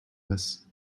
this